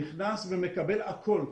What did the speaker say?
נכנס ומקבל הכול,